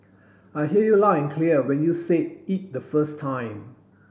I hear you loud and clear when you said it the first time